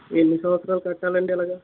ఎన్ని సంవత్సరాలు కట్టాలండి ఇలాగా